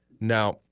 Now